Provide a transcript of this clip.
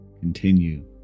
Continue